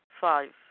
Five